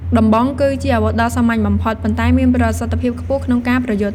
ដំបង គឺជាអាវុធដ៏សាមញ្ញបំផុត ប៉ុន្តែមានប្រសិទ្ធភាពខ្ពស់ក្នុងការប្រយុទ្ធ។